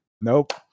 nope